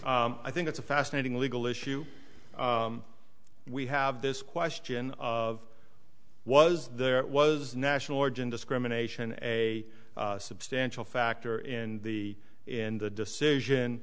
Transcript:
e i think it's a fascinating legal issue we have this question of was there was national origin discrimination a substantial factor in the in the decision